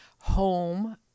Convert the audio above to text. home